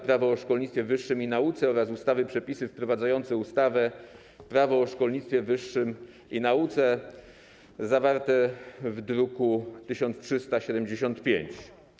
Prawo o szkolnictwie wyższym i nauce oraz ustawy - Przepisy wprowadzające ustawę - Prawo o szkolnictwie wyższym i nauce zawarte w druku nr 1375.